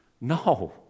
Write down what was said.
No